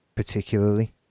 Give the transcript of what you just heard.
particularly